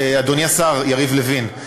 אדוני השר יריב לוין,